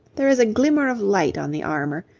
there is a glimmer of light on the armour,